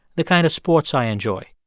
the kind of sports i enjoy.